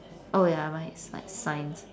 oh ya mine's like science